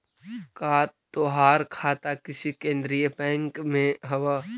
का तोहार खाता किसी केन्द्रीय बैंक में हव